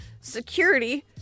security